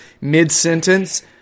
mid-sentence